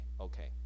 Okay